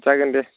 जागोन दे